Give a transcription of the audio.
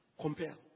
Compare